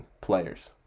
players